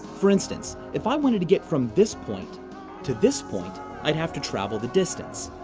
for instance, if i wanted to get from this point to this point, i'd have to travel the distance.